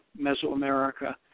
Mesoamerica